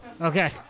Okay